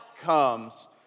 comes